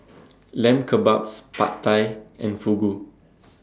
Lamb Kebabs Pad Thai and Fugu